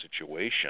situation